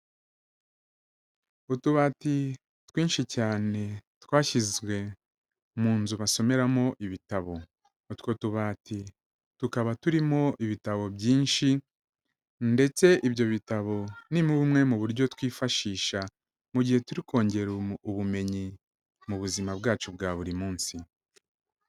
Utubati twinshi cyane twashyizwe mu nzu basomeramo ibitabo. Utwo tubati tukaba turimo ibitabo byinshi, ndetse ibyo bitabo ni bumwe mu buryo twifashisha mu gihe turi kongera ubumenyi mu buzima bwacu bwa buri munsi.